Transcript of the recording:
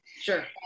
Sure